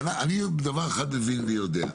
אני דבר אחד מבין ויודע,